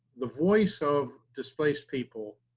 the voice of displaced people,